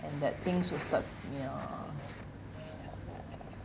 and that things will start ya